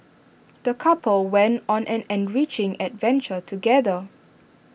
the couple went on an enriching adventure together